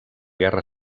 guerra